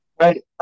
Right